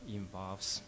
involves